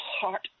heart